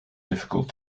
difficult